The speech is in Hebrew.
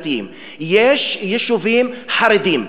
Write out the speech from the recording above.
יש יישובים קהילתיים, יש יישובים חרדיים.